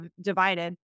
divided